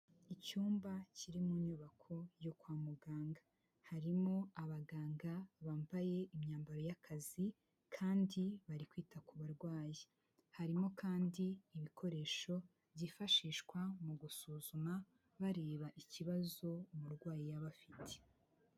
Icyumba kiri mu nyubako yo kwa muganga harimo abaganga bambaye imyambaro y'akazi kandi bari kwita ku barwayi, harimo kandi ibikoresho byifashishwa mu gusuzumwa bareba ikibazo umurwayi yaba afite.